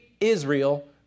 Israel